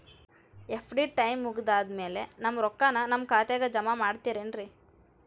FD time ಮುಗಿದಾದ್ ಮ್ಯಾಲೆ ನಮ್ ರೊಕ್ಕಾನ ನಮ್ ಖಾತೆಗೆ ಜಮಾ ಮಾಡ್ತೇರೆನ್ರಿ?